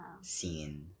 scene